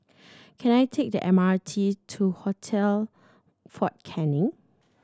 can I take the M R T to Hotel Fort Canning